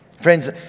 Friends